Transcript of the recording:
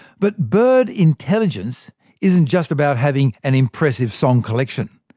but bird intelligence isn't just about having an impressive song collection.